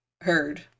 heard